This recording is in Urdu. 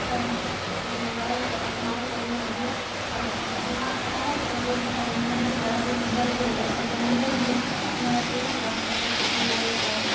سب لوگ موبائل کا استعمال کرنے لگے اور ہمارا بھی تجربہ تھا ہمارا بھی کلاسیز بند ہو گیا تھا تو ہم لوگ بھی موبائل پہ ہی کلاس کرتے تھے آن لائن کلاس